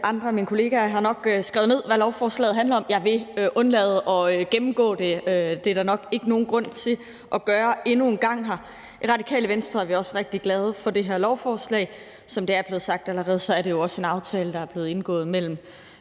andre af mine kollegaer nok har, skrevet ned, hvad lovforslaget handler om. Jeg vil undlade at gennemgå det. Det er der ikke nogen grund til at gøre endnu en gang her. I Radikale Venstre er vi også rigtig glade for det her lovforslag. Som det er blevet sagt allerede, er det jo også en aftale, der er blevet indgået mellem